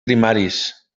primaris